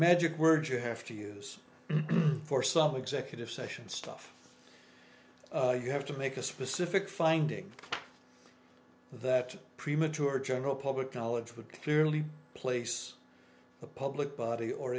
magic words you have to use for some executive session stuff you have to make a specific finding that premature general public knowledge would clearly place the public body or